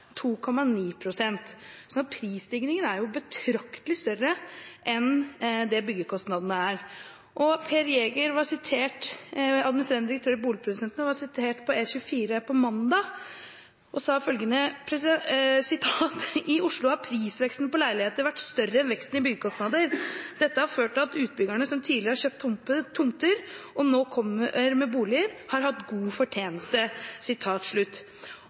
prisstigningen er betraktelig større enn det byggekostnadene er. Per Jæger, administrerende direktør i Boligprodusentenes Forening, var sitert på E24.no på mandag, og sa følgende: «I Oslo har prisveksten på leiligheter vært større enn veksten i byggekostnader. Dette har ført til at de utbyggere som tidligere har kjøpt tomter og nå kommer med boliger, har hatt god fortjeneste».